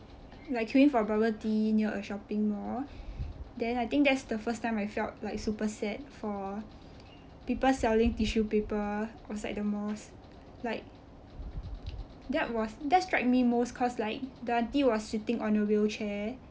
like queueing for bubble tea near a shopping mall then I think that's the first time I felt like super sad for people selling tissue paper outside the mosque like that was that strike me most cause like the aunty was sitting on a wheelchair